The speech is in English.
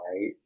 right